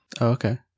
Okay